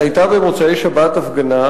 היתה במוצאי שבת הפגנה,